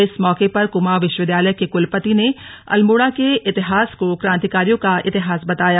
इस मौके पर कुमाऊं विश्वविद्यालय के कुलपति ने अल्मोड़ा के इतिहास को क्रांतिकारियों का इतिहास बताया